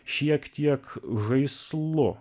šiek tiek žaislu